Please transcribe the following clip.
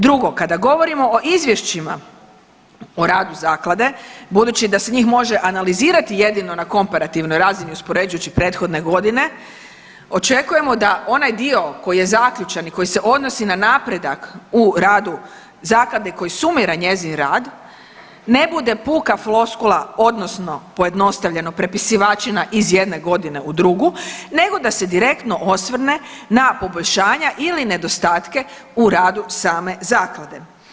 Drugo, kada govorimo o izvješćima o radu zaklade, budući da se njih može analizirati jedino na komparativnoj razini uspoređujući prethodne godine, očekujemo da onaj dio koji je zaključan i koji se odnosi na napredak u radu zaklade koji sumira njezin rad, ne bude puka floskula odnosno pojednostavljeno prepisivačina iz jedne godine u drugu nego da se direktno osvrne na poboljšanja ili nedostatke u radu same zaklade.